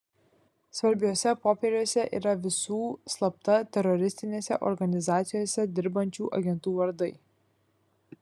svarbiuose popieriuose yra visų slapta teroristinėse organizacijose dirbančių agentų vardai